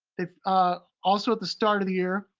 if ah also at the start of the year,